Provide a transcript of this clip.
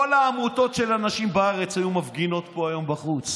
כל העמותות של הנשים בארץ היו מפגינות פה היום בחוץ,